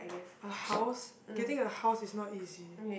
a house getting a house is not easy